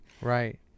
Right